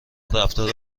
رفتار